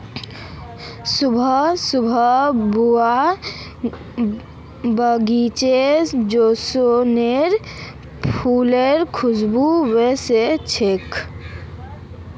सुबह सुबह बुआर बगीचात जैस्मीनेर फुलेर खुशबू व स छिले